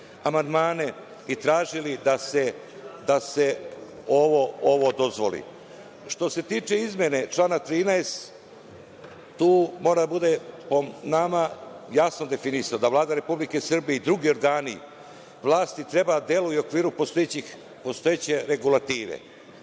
amandmane i tražili da se ovo dozvoli. Što se tiče izmene člana 13. tu mora da bude po nama jasno definisano, da Vlada Republike Srbije i drugi organi vlasti treba da deluju u okviru postojeće regulative.